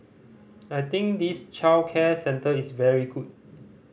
I think this childcare centre is very good